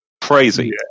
Crazy